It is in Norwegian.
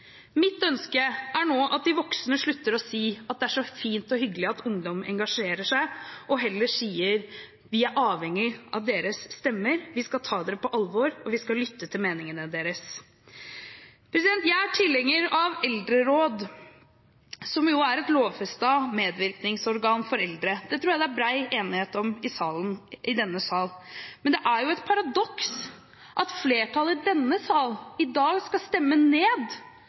Mitt ønske er nå at de voksne slutter å si at det er så fint og hyggelig at ungdom engasjerer seg, og heller sier: Vi er avhengig av deres stemmer, vi skal ta dere på alvor, og vi skal lytte til meningene deres. Jeg er tilhenger av eldreråd, som jo er et lovfestet medvirkningsorgan for eldre. Det tror jeg det er bred enighet om i denne sal. Men det er et paradoks at flertallet i denne sal i dag skal stemme ned